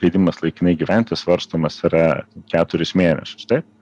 leidimas laikinai gyventi svarstomas yra keturis mėnesius taip